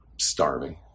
starving